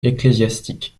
ecclésiastique